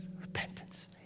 repentance